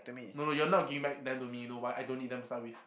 no no you're not giving back them to me you know why I don't need them to start with